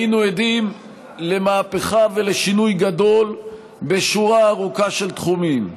היינו עדים למהפכה ולשינוי גדול בשורה ארוכה של תחומים,